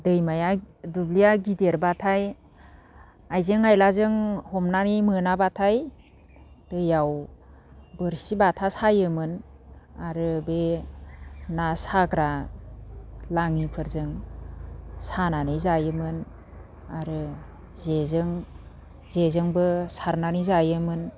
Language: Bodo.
दैमाया दुब्लिया गिदिरबाथाय आइजें आयलाजों हमनानै मोनाबाथाय दैयाव बोरसि बाथा सायोमोन आरो बे ना साग्रा लाङिफोरजों सानानै जायोमोन आरो जेजोंबो सारनानै जायोमोन